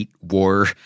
war